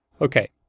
Okay